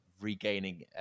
regaining